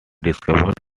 discovered